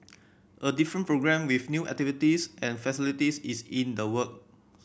a different programme with new activities and facilities is in the works